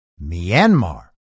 Myanmar